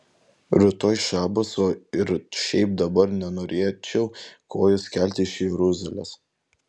rytoj šabas o ir šiaip dabar nenorėčiau kojos kelti iš jeruzalės